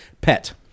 pet